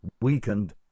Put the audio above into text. weakened